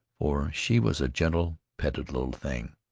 for she was a gentle, petted little thing.